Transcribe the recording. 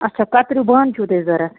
اَچھا کَترِیو بانہٕ چھُو تۄہہِ ضروٗرت